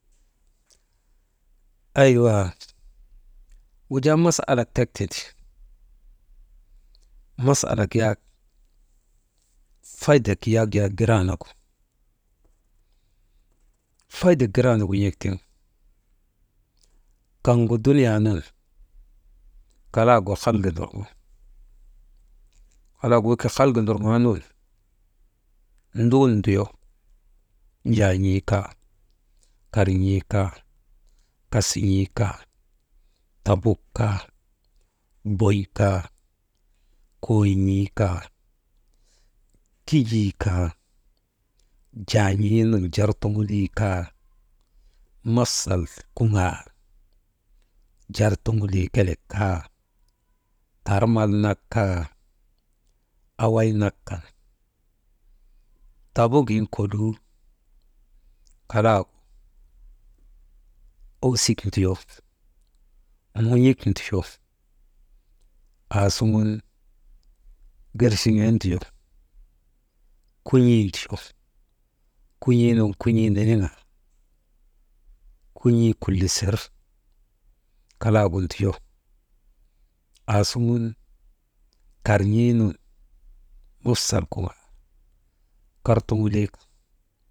Aywaa wujaa mas alak tek tindi, masalak yak faydek yak jaa giraa nagu, faydek giraanagu n̰ek tiŋ kaŋgu dunuyaa nun kalagu halga ndorŋo kalaagu ke halga ndorŋoo nun dun nduyo jaan̰ii kaa, karn̰ii kaa, kasan̰ii kaa, tabuk kaa, bon̰ kaa kon̰ii kaa, kijii kaa, jan̰ii nun jartuŋulii kaa mafsal kuŋaal jartuŋulii kelek kaa tarmal nak kaa, away nak kan tabugin kolii, kalaagu owsik nduyo, mun̰ik nduyo aasuŋun gerchiŋee nduyo kun̰ii nduyo, kun̰ii nun kun̰ii niniŋaa kun̰ii kulisir kalagu nduyo aasuŋun karn̰iinun mafsal kuŋaal kartuŋulii nun.